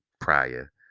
prior